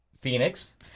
Phoenix